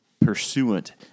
pursuant